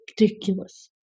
Ridiculous